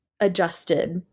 Adjusted